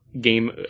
game